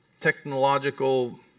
technological